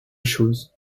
chose